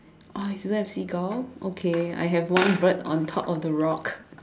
oh you don't have seagull okay I have one bird on top of the rock